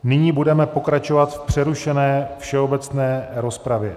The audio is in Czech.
Nyní budeme pokračovat v přerušené všeobecné rozpravě.